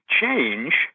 change